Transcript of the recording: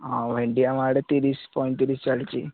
ଆଉ ଭେଣ୍ଡି ଆମ ଆଡ଼େ ତିରିଶ ପଇଁତିରିଶ ଚାଲିଛି